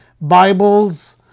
Bibles